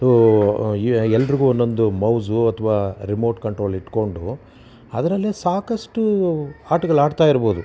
so ಎ ಎಲ್ರಿಗೂ ಒಂದೊಂದು ಮೌಸು ಅಥ್ವಾ ರಿಮೋಟ್ ಕಂಟ್ರೋಲ್ ಇಟ್ಕೊಂಡು ಅದರಲ್ಲೆ ಸಾಕಷ್ಟು ಆಟಗಳು ಆಡ್ತಾಯಿರ್ಬೋದು